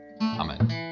Amen